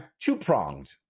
two-pronged